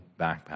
backpack